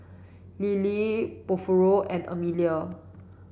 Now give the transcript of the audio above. Lettie Porfirio and Amelia